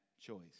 choice